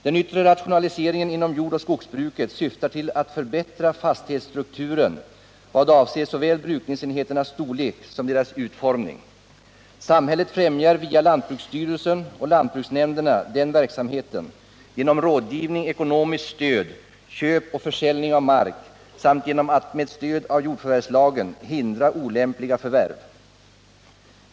/ Den yttre rationaliseringen inom jordoch skogsbruket syftar till att förbättra fastighetsstrukturen i vad avser såväl brukningsenheternas storlek som deras utformning. Samhället främjar via lantbruksstyrelsen och lantbruksnämnderna den verksamheten genom rådgivning, ekonomiskt stöd, köp och försäljning av mark samt genom att med stöd av jordförvärvslagen hindra olämpliga förvärv.